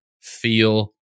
feel